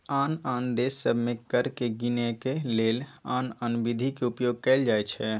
आन आन देश सभ में कर के गीनेके के लेल आन आन विधि के उपयोग कएल जाइ छइ